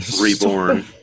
Reborn